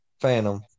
Phantom